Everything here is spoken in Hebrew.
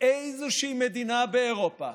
באיזושהי מדינה באירופה,